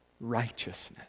righteousness